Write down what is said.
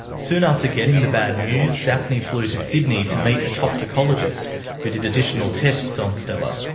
soon after getting the bad news, daphne flew to sydney to meet a toxicologist who did additional tests on stella.